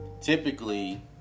typically